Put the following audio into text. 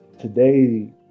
today